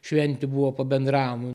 šventė buvo pabendravom